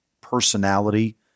personality